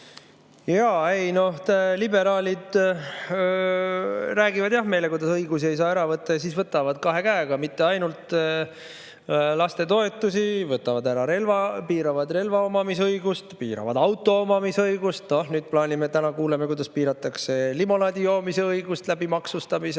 Jaa. No liberaalid räägivad jah meile, kuidas õigusi ei saa ära võtta, ja siis võtavad kahe käega, mitte ainult lastetoetusi, vaid võtavad ära relva, piiravad relva omamise õigust, piiravad auto omamise õigust. No täna kuulsime, kuidas piiratakse limonaadi joomise õigust maksustamise